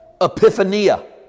epiphania